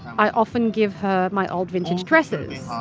i often give her my old vintage dresses.